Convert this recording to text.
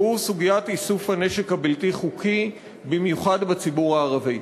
והוא סוגיית איסוף הנשק הבלתי-חוקי במיוחד בציבור הערבי.